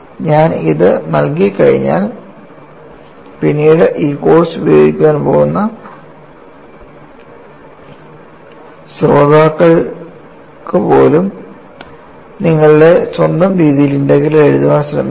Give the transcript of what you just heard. ഞാൻ ഇത് നൽകികഴിഞ്ഞാൽ പിന്നീട് ഈ കോഴ്സ് ഉപയോഗിക്കാൻ പോകുന്ന ശ്രോതാക്കൾക്ക് പോലും നിങ്ങളുടെ സ്വന്തം രീതിയിൽ ഇന്റഗ്രൽ എഴുതാൻ ശ്രമിക്കുക